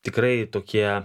tikrai tokie